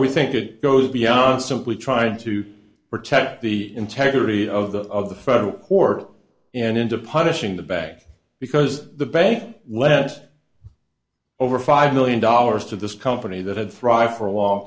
we think it goes beyond simply trying to protect the integrity of the federal court and into punishing the bank because the bank left over five million dollars to this company that had thrived for a long